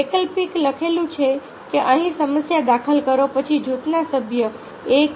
કે વૈકલ્પિક લખેલું છે કે અહીં સમસ્યા દાખલ કરો પછી જૂથના સભ્યો છે